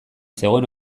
zegoen